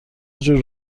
جور